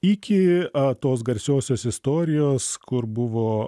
iki tos garsiosios istorijos kur buvo